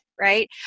right